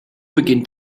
beginnt